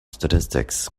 statistics